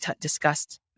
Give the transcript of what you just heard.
discussed